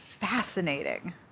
fascinating